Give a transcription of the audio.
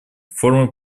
формы